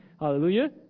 Hallelujah